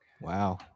Wow